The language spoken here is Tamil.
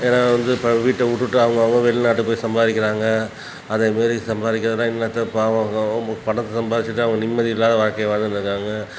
ஏன்னா வந்து இப்போ வீட்டை விட்டுட்டு அவங்கவங்க வெளிநாட்டுக்கு போய் சம்பாதிக்கிறாங்க அதே மாரி சம்பாரிக்கிறதலாம் என்னத்தை பாவம் பணத்தை சம்பாதிச்சிட்டு அவங்க நிம்மதி இல்லாத வாழ்க்கைய வாழ்ந்துட்டு இருக்காங்க